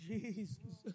Jesus